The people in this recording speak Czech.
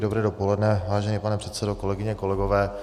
Dobré dopoledne, vážený pane předsedo, kolegyně a kolegové.